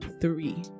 Three